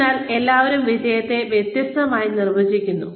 അതിനാൽ എല്ലാവരും വിജയത്തെ വ്യത്യസ്തമായി നിർവചിക്കുന്നു